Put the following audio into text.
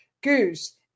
Goose